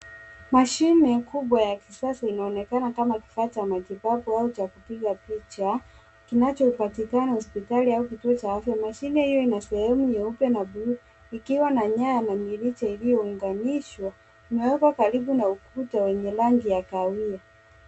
Mashine kubwa ya kisasa inaonekana kama kifaa cha matibabu au cha kupiga picha kinachopatikana kwenye hospitali au kituo cha afya. Mashine hiyo ina sehemu nyeupe na bluu ikiwa na nyaya ya mirija iliyounganishwa. Imewekwa karibu na ukuta wenye rangi ya kahawia.